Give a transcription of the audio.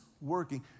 working